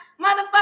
Motherfucker